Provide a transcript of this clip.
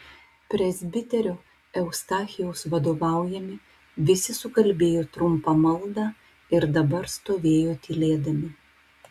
presbiterio eustachijaus vadovaujami visi sukalbėjo trumpą maldą ir dabar stovėjo tylėdami